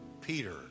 Peter